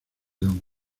don